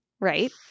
right